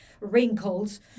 wrinkles